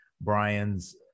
Brian's